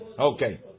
Okay